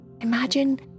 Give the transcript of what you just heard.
imagine